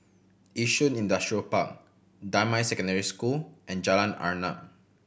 Yishun Industrial Park Damai Secondary School and Jalan Arnap